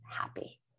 happy